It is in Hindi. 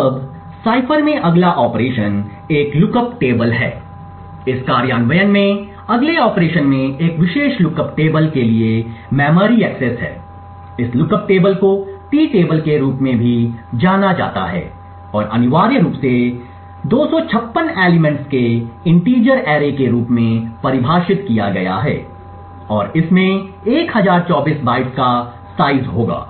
अब साइफर में अगला ऑपरेशन एक लुकअप टेबल है इस कार्यान्वयन में अगले ऑपरेशन में एक विशेष लुकअप टेबल के लिए मेमोरी एक्सेस है इस लुकअप टेबल को टी टेबल के रूप में जाना जाता है और अनिवार्य रूप से 256 तत्वों के इंटीजर अरे के रूप में परिभाषित किया गया है और इसमें 1024 बाइट्स का आकार होगा